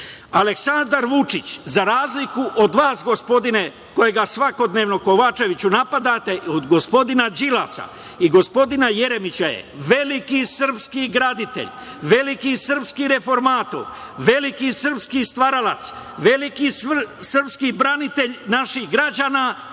Vučić, za razliku od vas, gospodine Kovačeviću, kojeg svakodnevno napadate, od gospodina Đilasa i gospodina Jeremića je veliki srpski graditelj, veliki srpski reformator, veliki srpski stvaralac, veliki srpski branitelj naših građana